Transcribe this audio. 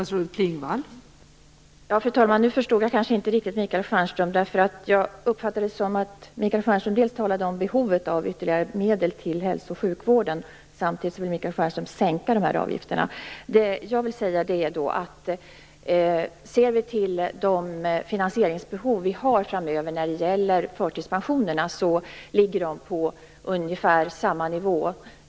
Fru talman! Nu förstod jag inte riktigt Michael Stjernström. Jag uppfattade det som att Michael Stjernström talade om behovet av ytterligare medel till hälso och sjukvården, och samtidigt vill Michael Stjernström sänka dessa avgifter. Ser vi till det finansieringsbehov vi har framöver för förtidspensionerna ligger det på ungefär samma nivå.